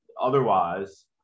otherwise